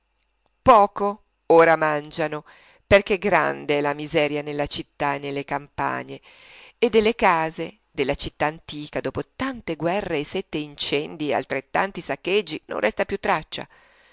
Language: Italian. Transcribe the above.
poco ora mangiano perché grande è la miseria nella città e nelle campagne e delle case della città antica dopo tante guerre e sette incendii e altrettanti saccheggi non resta più traccia